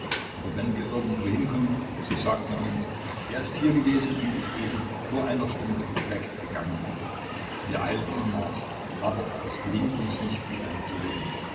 aber wenn wir irgendwohin kommen so sagt man uns er ist hier gewesen und ist eben vor einer stunde weggegangen wir eilen ihm nach aber es gelingt uns nicht ihn einzuholen